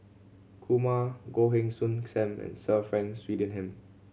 Kumar Goh Heng Soon Sam and Sir Frank Swettenham